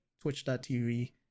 twitch.tv